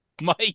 Mike